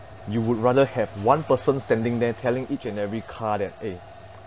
you would rather have one person standing there telling each and every car that eh